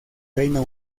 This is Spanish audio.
reino